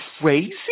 crazy